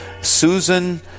Susan